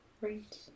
Right